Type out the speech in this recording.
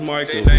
Michael